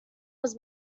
was